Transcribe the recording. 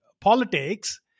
politics